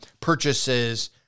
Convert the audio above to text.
purchases